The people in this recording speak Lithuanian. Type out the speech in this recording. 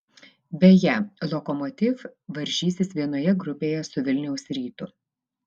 beje lokomotiv varžysis vienoje grupėje su vilniaus rytu